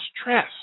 Stress